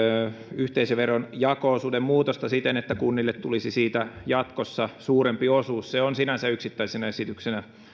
yhteisöveron jako osuuden muutosta siten että kunnille tulisi siitä jatkossa suurempi osuus se on sinänsä yksittäisenä esityksenä